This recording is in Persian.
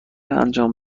انجام